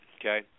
okay